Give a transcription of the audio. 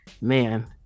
man